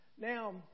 Now